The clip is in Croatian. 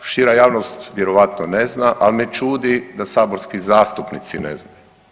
Šira javnost vjerojatno ne zna, ali me čudi da saborski zastupnici ne znaju.